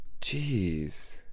Jeez